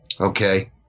Okay